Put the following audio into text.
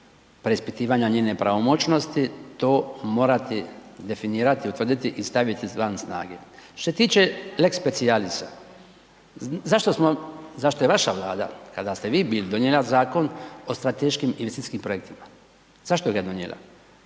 preispitivanja njene pravomoćnosti to morati definirati, utvrditi i staviti van snage. Što se tiče lex specialisa, zašto smo, zašto je vaša Vlada kada ste vi bili, donijela Zakon o strateškim i investicijskim projektima, zašto ga je donijela,